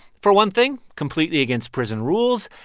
for one thing completely against prison rules,